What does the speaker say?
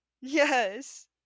Yes